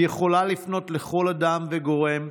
היא יכולה לפנות לכל אדם וגורם,